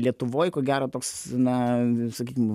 lietuvoj ko gero toks na sakykim